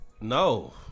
No